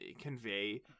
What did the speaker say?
convey